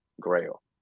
grail